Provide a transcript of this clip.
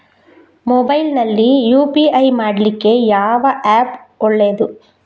Mobile ನಲ್ಲಿ UPI ಮಾಡ್ಲಿಕ್ಕೆ ಯಾವ ಆ್ಯಪ್ ಒಳ್ಳೇದು?